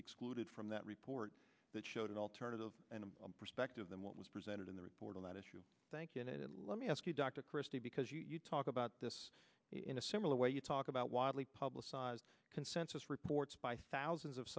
excluded from that report that showed an alternative perspective than what was presented in the report on that issue thank you david let me ask you dr christy because you talk about this in a similar way you talk about widely publicized consensus reports by thousands of